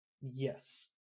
Yes